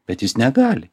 bet jis negali